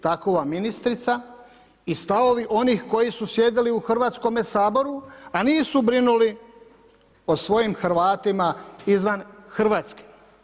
Takova ministrica i stavovi onih koji su sjedili u Hrvatskom saboru, a nisu brinuli o svojim Hrvatima izvan Hrvatske.